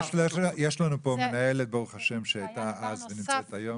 יש לנו כאן את מנהלת הוועדה שהייתה אז ונמצאת היום.